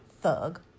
thug